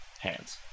hands